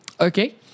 Okay